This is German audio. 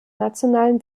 nationalen